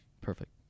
perfect